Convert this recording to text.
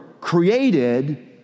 created